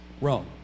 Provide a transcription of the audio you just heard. Rome